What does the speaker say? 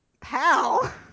Pal